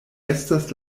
estas